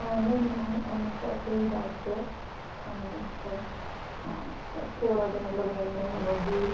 ਨਹੀਂ ਨਹੀਂ ਮੈਮ ਅੰਮ੍ਰਿਤਸਰ ਦੇ ਹੀ ਦੱਸ ਦਿਓ ਸਾਨੂੰ ਹਾਂ ਥੋੜਾ ਜਿਹਾ ਮਤਲਬ ਮੇਨ ਮੇਨ ਓਵਰਵਿਊ